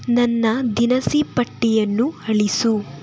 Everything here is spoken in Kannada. ನನ್ನ ದಿನಸಿ ಪಟ್ಟಿಯನ್ನು ಅಳಿಸು